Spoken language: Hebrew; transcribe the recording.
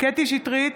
קטי קטרין שטרית,